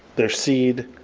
there's seed,